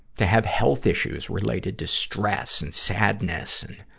to have health issues related to stress and sadness and,